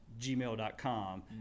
gmail.com